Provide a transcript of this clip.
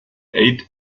ate